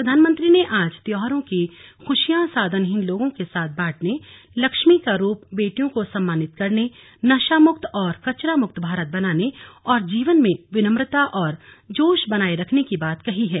प्रधानमंत्री ने आज त्यौहारों की खुशियाँ साधनहीन लोगों के साथ बांटने लक्ष्मी का रूप बेटियों को सम्मानित करने नशा मुक्त और कचरा मुक्त भारत बनाने और जीवन में विनम्रता व जोश बनाए रखने की बात कही है